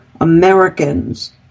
Americans—